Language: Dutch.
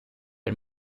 het